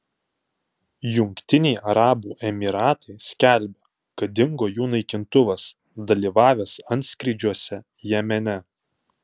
jungtiniai arabų emyratai skelbia kad dingo jų naikintuvas dalyvavęs antskrydžiuose jemene